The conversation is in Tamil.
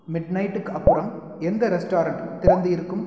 மிட்நைட்டுக்கு அப்புறம் எந்த ரெஸ்ட்டாரெண்ட் திறந்து இருக்கும்